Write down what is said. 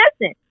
listen